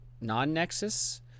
non-Nexus